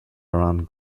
about